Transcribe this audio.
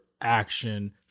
action